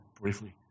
briefly